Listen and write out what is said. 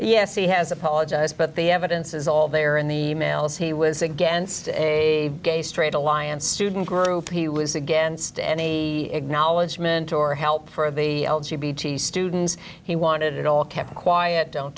yes he has apologized but the evidence is all there in the mails he was against a gay straight alliance student group he was against any acknowledgement or help for the students he wanted it all kept quiet don't